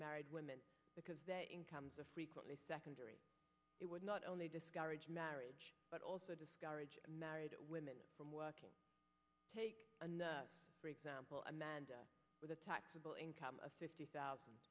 married women because their incomes are frequently secondary it would not only discourage marriage but also discourage married women from working take another break sample amanda with a taxable income of fifty thousand